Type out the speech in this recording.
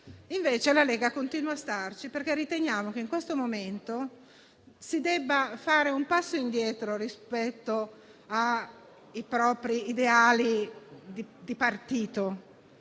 invece la Lega continua a starci, perché ritiene che in questo momento si debba fare un passo indietro rispetto ai propri ideali di partito;